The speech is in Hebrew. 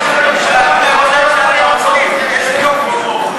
ראש הממשלה נהיה מצליף, איזה יופי.